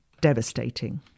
devastating